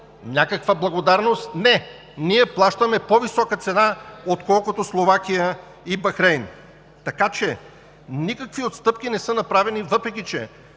Някаква благодарност? Не! Ние плащаме по-висока цена, отколкото Словакия и Бахрейн. Така че никакви отстъпки не са направени, въпреки че